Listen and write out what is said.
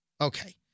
Okay